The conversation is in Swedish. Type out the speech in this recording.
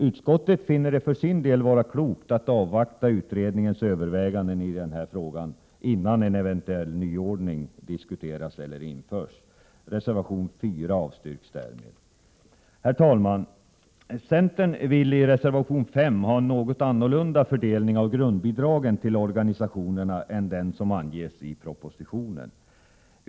Utskottet finner det för sin del vara klokt att avvakta utredningens överväganden i denna fråga innan en eventuell nyordning diskuteras eller införs. Herr talman! Centern föreslår i reservation nr 5 en något annorlunda fördelning av grundbidragen till organisationerna än den som anges i propositionen.